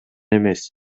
эмес